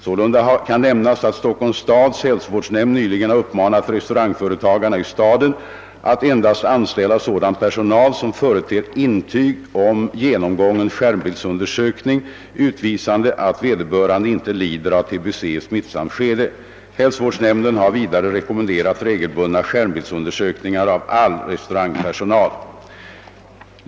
Sålunda kan nämnas att Stockholms stads hälsovårdsnämnd nyligen har uppmanat restaurangföretagarna i staden att endast anställa sådan personal, som företer intyg om genomgången skärmbildsundersökning utvisande att vederbörande inte lider av tbe i smittsamt skede. Hälsovårdsnämnden har vidare rekommenderat regelbundna skärmbildsundersökningar av all restaurangpersonal.